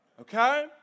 Okay